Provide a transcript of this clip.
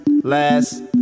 Last